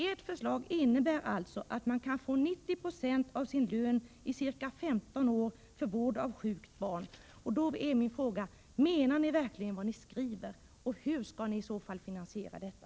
Ert förslag betyder alltså att man kan få 90 96 av sin lön i ca 15 år för vård av sjukt barn. Då blir min fråga: Menar ni verkligen vad ni skriver? Hur skall ni i så fall finansiera detta?